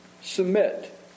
Submit